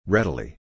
Readily